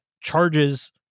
charges